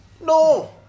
No